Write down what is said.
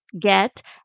get